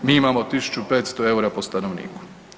Mi imamo 1500 eura po stanovniku.